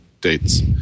dates